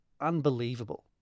unbelievable